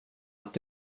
att